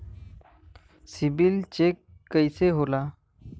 CIBIL check कइसे होला?